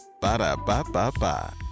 Ba-da-ba-ba-ba